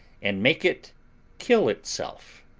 and make it kill itself.